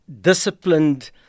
disciplined